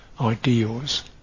ideals